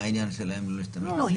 מה העניין שלהם לא להשתמש בזה?